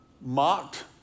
mocked